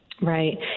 Right